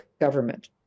government